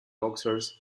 boxers